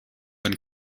and